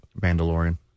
Mandalorian